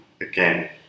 again